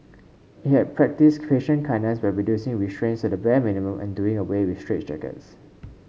it had practised patient kindness by reducing restraints to the bare minimum and doing away with straitjackets